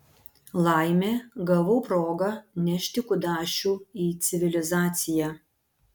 laimė gavau progą nešti kudašių į civilizaciją